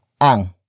ang